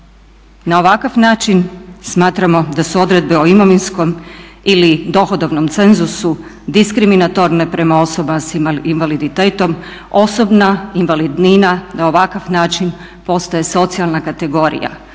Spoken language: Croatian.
Na ovakav način smatramo da su odredbe o imovinskom ili dohodovnom cenzusu diskriminatorne prema osobama s invaliditetom. Osobna invalidnina na ovakav način postaje socijalna kategorija